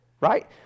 Right